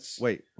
Wait